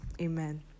amen